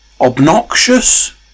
Obnoxious